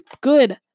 good